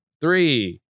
Three